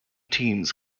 teams